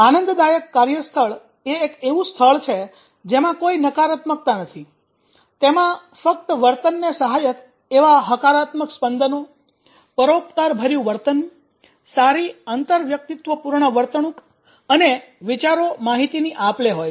આનંદદાયક કાર્યસ્થળ એ એક એવું સ્થળ છે જેમાં કોઈ નકારાત્મકતા નથી તેમાં ફક્ત વર્તનને સહાયક એવા હકારાત્મક સ્પંદનો પરોપકારભર્યું વર્તન સારી આંતરવ્યક્તિત્વપૂર્ણ વર્તણૂક અને વિચારો માહિતીની આપ લે હોય છે